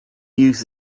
use